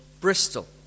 Bristol